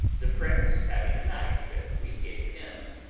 the prince having a knife that we gave him,